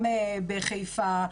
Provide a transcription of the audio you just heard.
גם בחיפה,